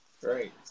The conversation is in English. Great